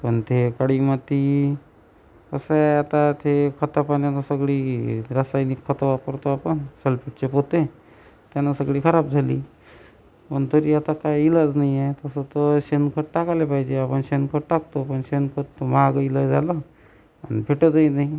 पण ते काळी माती असं आहे आता ते खता पाण्यानं सगळी रासायनिक खतं वापरतो आपण सल्फेटचे पोते त्यानं सगळी खराब झाली पण तरी आता काही इलाज नाही आहे तसं तर शेणखत टाकायला पाहिजे आपण शेणखत टाकतो पण शेणखत महागही लई झालं आणि भेटतही नाही